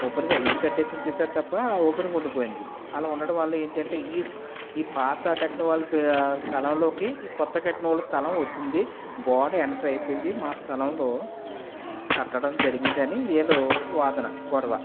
ఓపెన్గా ఇల్లు కట్టి ఉంచేసారు తప్ప ఓపెన్గా ఉండిపోయింది అలా ఉండడం వల్ల ఏంటంటే ఈ పాత కట్టిన వాళ్ళ స్థలంలోకి ఈ కొత్తగా కట్టిన వాళ్ళ స్థలం వచ్చింది గోడ ఎంటర్ అయిపోయింది మా స్థలంలో కట్టడం జరిగిందని వీళ్ళు వాదన గొడవ